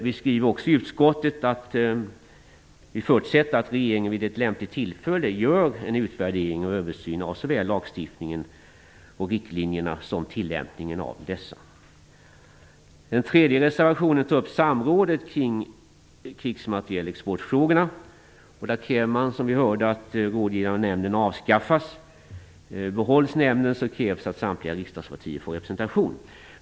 Utskottsmajoriteten skriver att vi förutsätter att regeringen vid ett lämpligt tillfälle gör en utvärdering och översyn av såväl lagstiftning och riktlinjer som tillämpningen av dessa. Den tredje reservationen tar upp samrådet kring krigsmaterielexportfrågorna. Där kräver man som ni hörde att rådgivande nämnden avskaffas. Behålls nämnden krävs att samtliga riksdagspartier får representation.